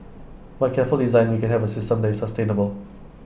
by careful design we can have A system that is sustainable